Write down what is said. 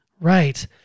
right